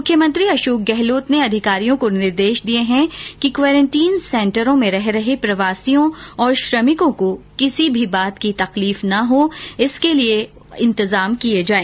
मुख्यमंत्री अशोक गहलोत ने अधिकारियों को निर्देश दिए है कि क्वारेंन्टीन सेंटरों में रह रहे प्रवासियों और श्रमिकों को किसी बात की तकलीफ न हो इसके लिए इंतजाम किये जाए